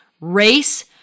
race